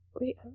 Wait